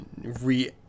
re